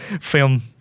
film